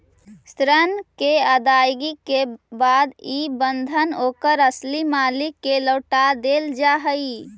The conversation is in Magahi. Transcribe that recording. ऋण के अदायगी के बाद इ बंधन ओकर असली मालिक के लौटा देल जा हई